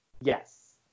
yes